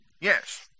Yes